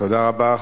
תודה רבה.